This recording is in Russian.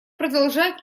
продолжать